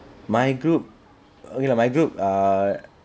my group okay lah my group err